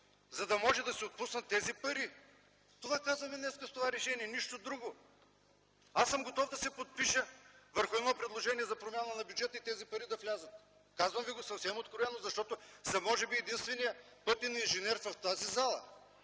за да може да се отпуснат тези пари. Това казваме днес с това решение, нищо друго. Аз съм готов да се подпиша на едно предложение за промяна на бюджета и тези пари да влязат. Казвам ви го съвсем откровено, защото съм може би единственият пътен инженер в тази зала